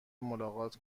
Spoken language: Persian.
ملاقات